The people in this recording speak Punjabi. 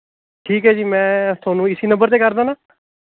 ਠੀਕ ਹੈ ਜੀ ਮੈਂ ਤੁਹਾਨੂੰ ਇਸੇ ਨੰਬਰ 'ਤੇ ਕਰਦਾ ਨਾ